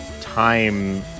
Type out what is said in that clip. time